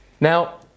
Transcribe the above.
Now